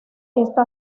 esta